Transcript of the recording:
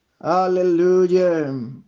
Hallelujah